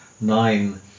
nine